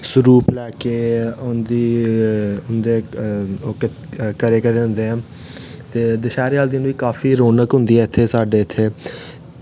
स्वरूप लै के उ'न्दी ओह् करे के दे होंदे ऐ ते दशहैरे आह्ले दिन बी काफी रौनक होंदी ऐ इत्थे साढ़े इत्थे